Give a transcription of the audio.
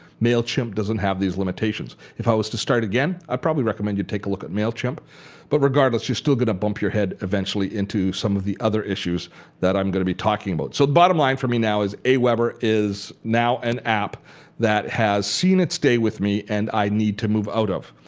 mailchimp doesn't have these limitations. if i were to start again, i'd probably recommend you take a look at mailchimp but regardless you're still going to bump your head eventually into some of the other issues that i'm going to be talking about. so bottom line for me now is aweber is now an app that has seen its day with me and i need to move out of.